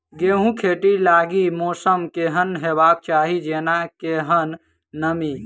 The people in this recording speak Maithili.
गेंहूँ खेती लागि मौसम केहन हेबाक चाहि जेना केहन नमी?